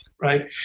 right